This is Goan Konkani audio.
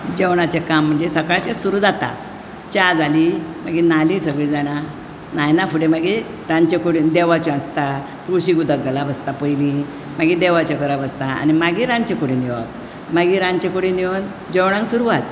जेवणाचे काम म्हणजे सकाळचें सुरू जाता सकाळचीं च्या जाली मागीर न्हालीं सगळी जाणां न्हायना फुडें मागीर रांदचे कुडींत देवाचें आसता तुळशीक उदक घालप आसता पयलीं मागीर देवाचें करप आसता आनी मागीर रांदचे कुडींत येवप मागीर रांदचे कुडींत येवन जेवणाक सुरवात